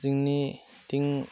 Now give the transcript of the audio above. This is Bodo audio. जोंनिथिं